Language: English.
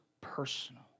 personal